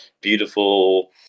beautiful